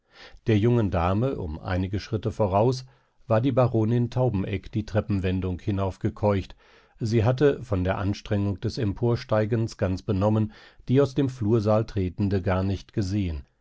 der jungen dame um einige schritte voraus war die baronin taubeneck die treppenwendung hinaufgekeucht sie hatte von der anstrengung des emporsteigens ganz benommen die aus dem flursaal tretende gar nicht gesehen